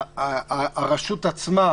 הרשות עצמה